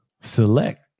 select